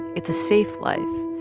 it's a safe life,